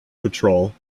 patrol